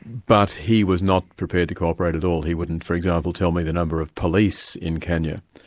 but he was not prepared to cooperate at all, he wouldn't for example, tell me the number of police in kenya.